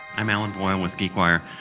i'm alan boyle with geekwire.